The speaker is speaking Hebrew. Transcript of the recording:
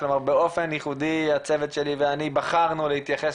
כלומר באופן ייחודי הצוות שלי ואני בחרנו להתייחס